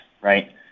Right